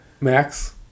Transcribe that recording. Max